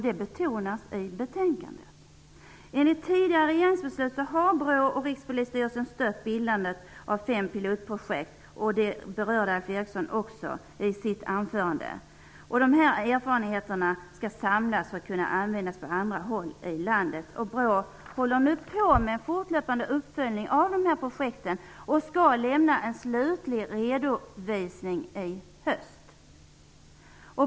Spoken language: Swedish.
Detta betonas i betänkandet. Enligt tidigare regeringsbeslut har BRÅ och Rikspolisstyrelsen stött bildandet av fem pilotprojekt, vilket också Alf Eriksson berörde i sitt anförande. De här erfarenheterna skall samlas för att kunna användas på andra håll i landet. BRÅ håller nu på med en fortlöpande uppföljning av projekten och skall lämna en slutlig redovisning i höst.